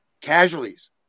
Casualties